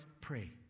Pray